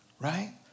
right